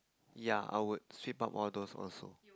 yeah I would sweep up all those also